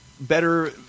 better